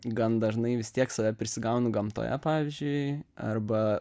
gan dažnai vis tiek save prisigaunu gamtoje pavyzdžiui arba